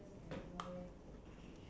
um can be a lot of things